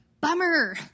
bummer